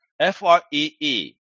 F-R-E-E